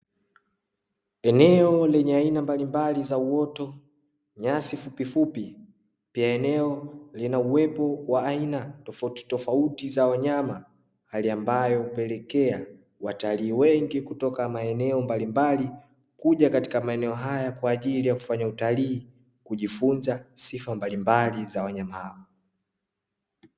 Eneo lenye aina mbalimbali za uoto, nyasi fupi fupi fupi, pia eneo lina uwepo wa aina tofauti tofauti za wanyama, hali ambayo hupelekea watalii wengi kutoka maeneo mbalimbali kuja katika maeneo haya kwa ajili ya kufanya utalii na kujifunza sifa mbalimbali za wanyama hawa.